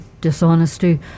dishonesty